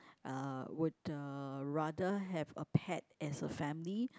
uh would rather have a pet as a family